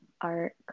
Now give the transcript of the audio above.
art